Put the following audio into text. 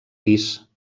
pis